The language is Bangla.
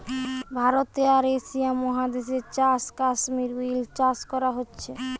ভারতে আর এশিয়া মহাদেশে চাষ কাশ্মীর উল চাষ করা হতিছে